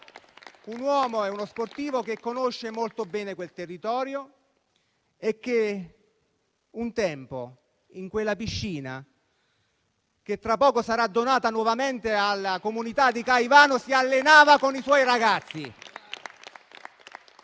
un uomo e uno sportivo che conosce molto bene quel territorio e che un tempo in quella piscina che tra poco sarà donata nuovamente alla comunità di Caivano si allenava con i suoi ragazzi.